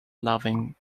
loving